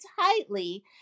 tightly